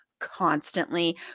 Constantly